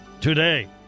today